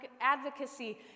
advocacy